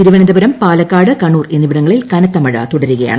തിരുവനന്തപുരം പാലക്കാട് കണ്ണൂർ എന്നിവിടങ്ങളിൽ കനത്ത മഴ തുടരുകയാണ്